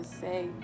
say